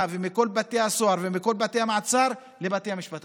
ומכל בתי הסוהר ומכל בתי המעצר לבתי המשפט,